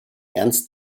ernst